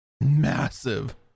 massive